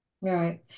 Right